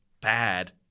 bad